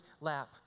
lap